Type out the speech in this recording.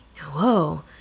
whoa